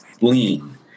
lean